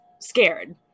scared